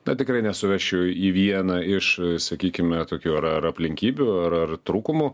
na tikrai nesuvesčiau į vieną iš sakykime tokių ar ar aplinkybių ar ar trūkumų